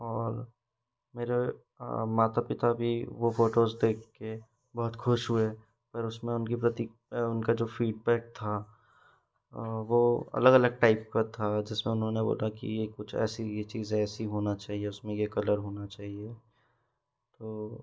और मेरे माता पिता भी वो फ़ोटोज़ देखके बहुत खुश हुए फिर उसमें उनकी प्रति उनका जो फ़ीडबैक था वो अलग अलग टाइप का था जिसमें उन्होंने बोला कि कुछ ऐसी ये चीज़ ऐसे ही होना चाहिए उसमें ये कलर होना चाहिए तो